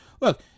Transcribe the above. Look